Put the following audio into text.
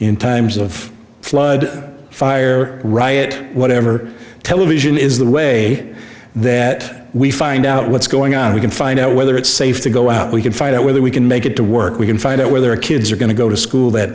in times of flood fire riot whatever television is the way that we find out what's going on we can find out whether it's safe to go out we can find out whether we can make it to work we can find out where their kids are going to go to school that